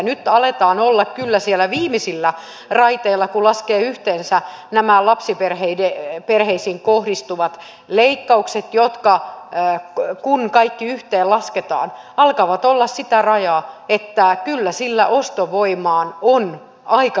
nyt aletaan olla kyllä siellä viimeisillä raiteilla kun laskee yhteensä nämä lapsiperheisiin kohdistuvat leikkaukset jotka kun kaikki yhteen lasketaan alkavat olla sillä rajalla että kyllä sillä ostovoimaan on aika merkittävä vaikutus